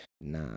Nah